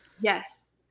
Yes